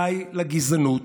די לגזענות,